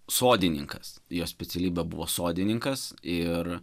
sodininkas jo specialybė buvo sodininkas ir